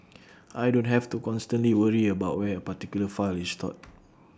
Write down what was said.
I don't have to constantly worry about where A particular file is stored